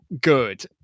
good